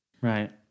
Right